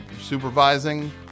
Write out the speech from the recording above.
supervising